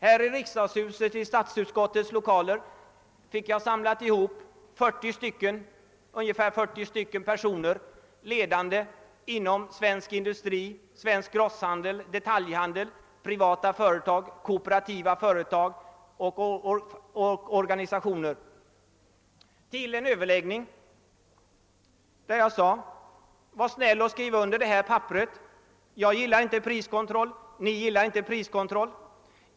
Här i statsutskottets lokaler samlade jag till överläggning ihop ungefär 40 ledande personer inom svensk industri, grosshandel, detaljhandel, privata företag, kooperativa företag och organisationer. Jag sade till dem: »Var snäll och skriv under det här papperet. Jag gillar inte priskontroll, ni gillar inte priskontroll.